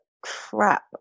crap